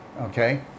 okay